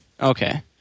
okay